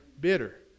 bitter